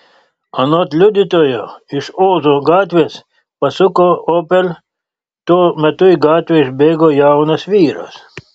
anot liudytojo iš ozo gatvės pasuko opel tuo metu į gatvę išbėgo jaunas vyras